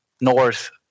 north